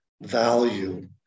value